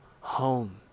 home